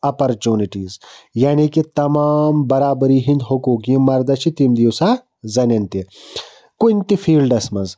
opportunities یعنی کہِ تمام بَرابٔری ہنٛدۍ حقوٗق یِم مَردَس چھِ تِم دِیو سا زَنیٚن تہِ کُنہِ تہِ فیٖلڈَس منٛز